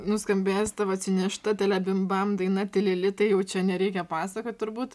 nuskambės tavo atsinešta telebimbam daina tilili tai jau čia nereikia pasakot turbūt